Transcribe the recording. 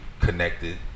connected